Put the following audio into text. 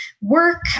work